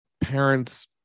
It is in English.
parents